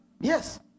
Yes